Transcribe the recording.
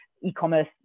e-commerce